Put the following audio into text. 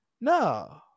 No